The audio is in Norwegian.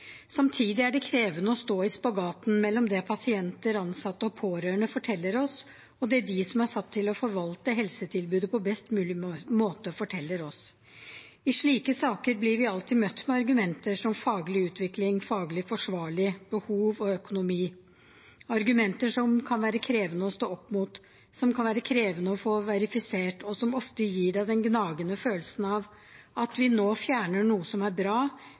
Samtidig er det krevende å stå i spagaten mellom det pasienter, ansatte og pårørende forteller oss, og det de som er satt til å forvalte helsetilbudet på best mulig måte, forteller oss. I slike saker blir vi alltid møtt med argumenter som faglig utvikling, faglig forsvarlig behov og økonomi – argumenter som kan være krevende å stå opp mot, som kan være krevende å få verifisert, og som ofte gir en den gnagende følelsen av at vi nå fjerner noe som er bra,